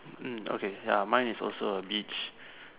hmm okay ya mine is also a beach